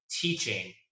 Teaching